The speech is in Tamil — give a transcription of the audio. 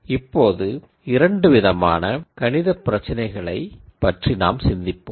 இப்போது இரண்டு விதமான கணிதப் பிரச்சினைகளைப் பற்றி நாம் சிந்திப்போம்